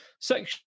section